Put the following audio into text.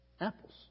Apples